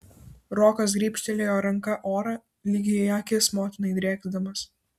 rokas grybštelėjo ranka orą lyg į akis motinai drėksdamas